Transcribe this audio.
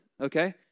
okay